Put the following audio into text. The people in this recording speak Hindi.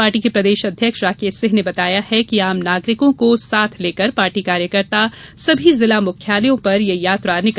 पार्टी के प्रदेश अध्यक्ष राकेश सिंह ने बताया है कि आम नागरिकों को साथ लेकर पार्टी कार्यकर्ता सभी जिला मुख्यालयों पर यह यात्रा निकालेगे